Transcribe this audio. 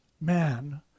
man